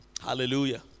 Hallelujah